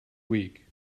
week